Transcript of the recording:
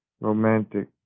romantic